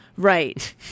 Right